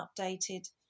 updated